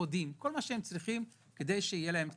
אפודים וכל מה שהם צריכים כדי שתהיה להם בטיחות.